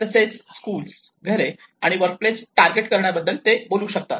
तसेच स्कूल घरे आणि वर्कप्लेस टारगेट करण्याबद्दल बोलू शकते